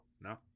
No